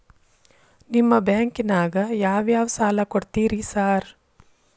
ನಿಮ್ಮ ಬ್ಯಾಂಕಿನಾಗ ಯಾವ್ಯಾವ ಸಾಲ ಕೊಡ್ತೇರಿ ಸಾರ್?